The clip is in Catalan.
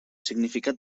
significat